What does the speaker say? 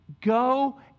go